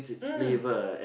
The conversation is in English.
mm